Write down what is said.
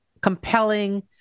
compelling